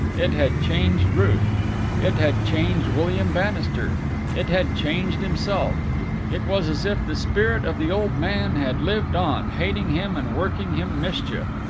it had changed ruth it had changed william bannister it had changed himself it was as if the spirit of the old man had lived on, hating him and working him mischief.